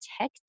tech